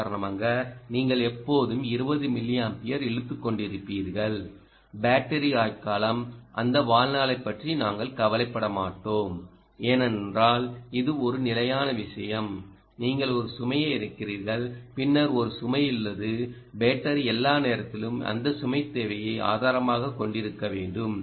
ஓ காரணமாக நீங்கள் எப்போதுமே 20 மில்லியாம்பியர் இழுத்துக் கொண்டிருப்பீர்கள் பேட்டரி ஆயுட்காலம் அந்த வாழ்நாளைப் பற்றி நாங்கள் கவலைப்பட மாட்டோம் ஏனென்றால் இது ஒரு நிலையான விஷயம் நீங்கள் ஒரு சுமையை இணைக்கிறீர்கள் பின்னர் ஒரு சுமை உள்ளது பேட்டரி எல்லா நேரத்திலும் அந்த சுமை தேவையை ஆதாரமாகக் கொண்டிருக்க வேண்டும்